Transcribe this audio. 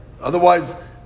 Otherwise